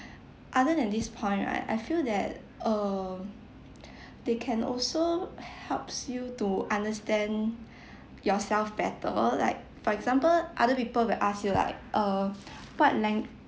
other than this point right I feel that um they can also helps you to understand yourself better like for example other people will ask you like err what lang~